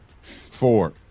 four